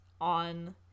on